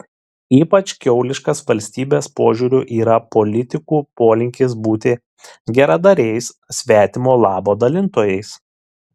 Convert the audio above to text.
ypač kiauliškas valstybės požiūriu yra politikų polinkis būti geradariais svetimo labo dalintojais